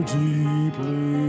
deeply